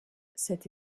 cette